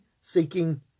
seeking